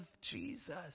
Jesus